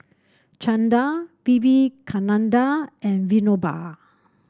Chanda Vivekananda and Vinoba